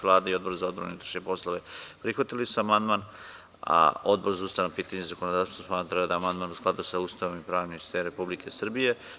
Vlada i Odbor za odbranu i unutrašnje poslove prihvatili su amandman, a Odbor za ustavna pitanja i zakonodavstvo smatra da je amandman u skladu sa Ustavom i pravnim sistemom Republike Srbije.